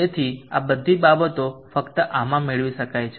તેથી આ બધી બાબતો ફક્ત આમાં મેળવી શકાય છે